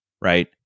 right